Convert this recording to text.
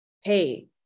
hey